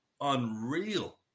unreal